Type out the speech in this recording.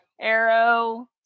arrow